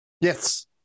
Yes